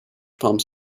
pumps